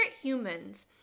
humans